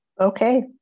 Okay